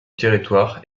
territoire